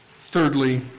Thirdly